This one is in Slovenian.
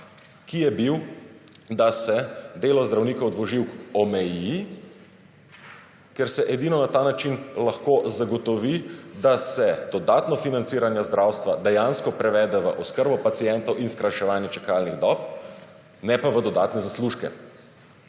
ki je bil, da se delo zdravnikov dvoživk omeji, ker se edino na ta način lahko zagotovi, da se dodatno financiranje zdravstva dejansko prevede v oskrbo pacientov in skrajševanje čakalnih dob ne pa v dodatne zaslužke.